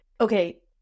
okay